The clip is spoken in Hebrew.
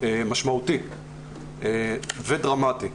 משמעותי ודרמטי.